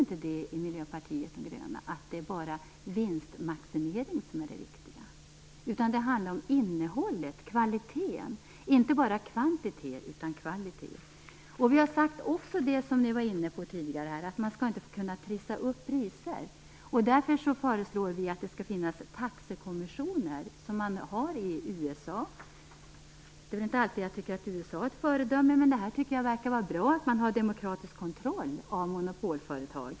Men vi i Miljöpartiet de gröna tycker inte att det är bara vinstmaximering som är det viktiga. Det handlar om innehållet och kvaliteten, inte bara kvantiteten. Vi har också sagt det som Dag Ericson var inne på tidigare, att man inte skall kunna trissa upp priser. Därför föreslår vi att det skall finnas taxekommissioner, som man har i USA. Jag tycker inte alltid att USA är ett föredöme, men det verkar vara bra att ha demokratisk kontroll av monopolföretag.